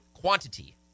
quantity